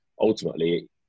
ultimately